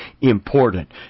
important